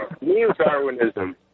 neo-Darwinism